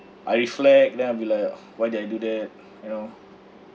I reflect then I'll be like why did I do that you know